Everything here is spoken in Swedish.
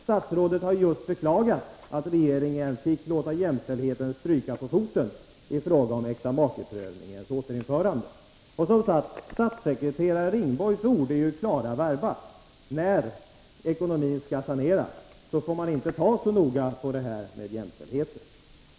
Statsrådet har ju just beklagat att regeringen fick låta jämställdheten stryka på foten i fråga om äktamakeprövningens återinförande. Och som sagt, statssekreterare Ringborgs ord är ju otvetydiga: När ekonomin skall saneras får man inte ta så hårt på det här med jämställdheten.